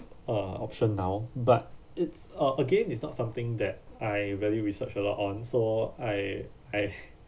uh option now but it's uh again it's not something that I really research a lot on so I I